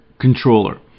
controller